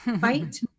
Fight